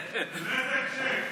ובאיזה הקשר.